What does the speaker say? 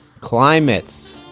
Climates